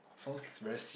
sounds very se~